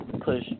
push